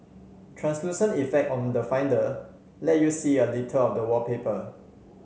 translucent effect on the Finder let you see a little of the wallpaper